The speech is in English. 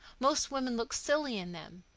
most women look silly in them.